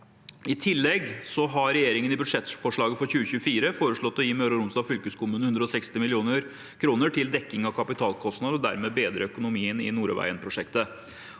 I tillegg har regjeringen i budsjettforslaget for 2024 foreslått å gi Møre og Romsdal fylkeskommune 160 mill. kr til dekking av kapitalkostnader og dermed bedre økonomien i Nordøyvegen-prosjektet.